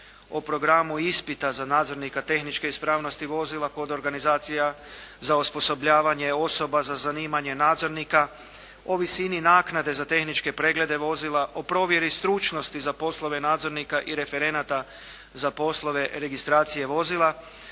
o programu ispita za nadzornika tehničke ispravnosti vozila kod organizacija za osposobljavanje osoba za zanimanje nadzornika, o visini naknade za tehničke preglede vozila. O provjeri stručnosti za poslove nadzornika i referenata za poslove registracije vozila